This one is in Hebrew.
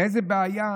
לאיזו בעיה?